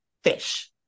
fish